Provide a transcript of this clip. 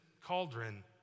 cauldron